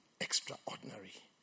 extraordinary